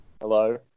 Hello